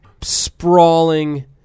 sprawling